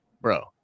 bro